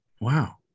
Wow